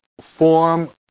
form